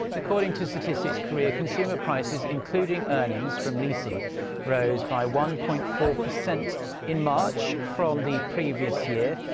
according to statistics korea. consumer prices including earnings from leasing rose by one-point-four percent in march from the previous year,